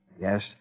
Yes